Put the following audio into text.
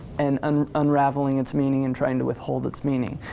and um unraveling its meaning and trying to withhold its meaning.